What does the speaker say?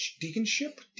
deaconship